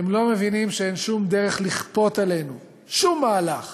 הם לא מבינים שאין שום דרך לכפות עלינו שום מהלך